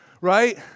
right